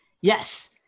yes